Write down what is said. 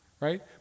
Right